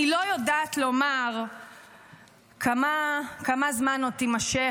אני לא יודעת לומר כמה זמן עוד תימשך